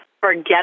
forget